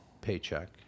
paycheck